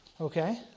Okay